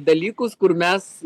dalykus kur mes